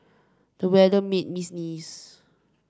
the weather made me sneeze